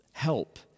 help